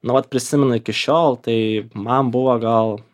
nu vat prisimenu iki šiol tai man buvo gal